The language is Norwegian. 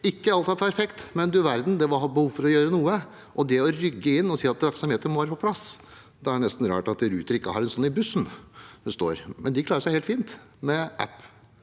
ikke perfekt, men du verden, det var behov for å gjøre noe, og det å rygge inn og si at taksameteret må være på plass – da er det nesten rart at Ruter ikke har en sånn i bussen. Men de klarer seg helt fint med app.